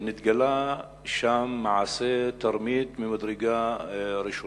נתגלה שם מעשה תרמית ממדרגה ראשונה: